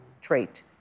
trait